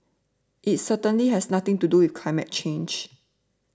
it certainly has nothing to do with climate change